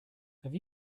have